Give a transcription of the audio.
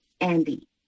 Andy